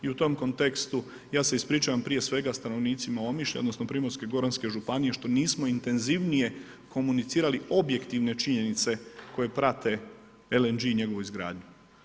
I u tom kontekstu ja se ispričavam prije svega stanovnicima Omišlja, odnosno Primorsko-goranske županije što nismo intenzivnije komunicirali objektivne činjenice koje prate LNG i njegovu izgradnju.